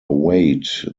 weight